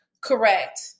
Correct